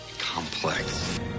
complex